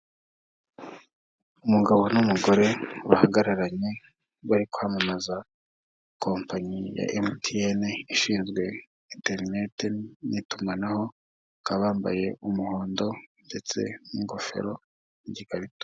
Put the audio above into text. Umugabo n'umugore bahagararanye bari kwamamaza kompanyi ya "MTN" ishinzwe interineti n'itumanaho, bakaba bambaye umuhondo ndetse n'ingofero n'igikarito.